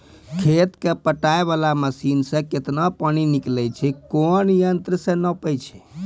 खेत कऽ पटाय वाला मसीन से केतना पानी निकलैय छै कोन यंत्र से नपाय छै